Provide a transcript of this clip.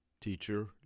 teacher